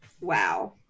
wow